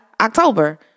October